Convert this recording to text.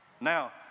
Now